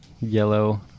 yellow